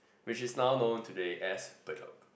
which is now known today as Bedok